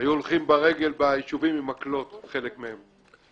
היו הולכים ברגל ביישובים עם מקלות חלק מהם.